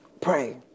Pray